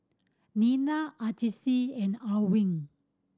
Nilda Ardyce and Alwine